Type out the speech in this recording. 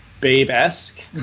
babe-esque